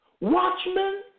Watchmen